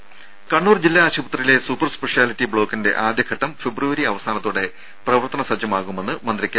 ദേ കണ്ണൂർ ജില്ലാ ആശുപത്രിയിലെ super speciality ബ്ലോക്കിന്റെ ആദ്യഘട്ടം ഫെബ്രുവരി അവസാനത്തോടെ പ്രവർത്തന സജ്ജമാകുമെന്ന് മന്ത്രി കെ